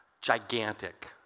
gigantic